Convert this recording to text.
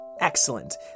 Excellent